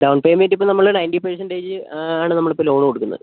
down payment ഇപ്പം നമ്മൾ ninety percentage ആണ് നമ്മളിപ്പോൾ ലോൺ കൊടുക്കുന്നത്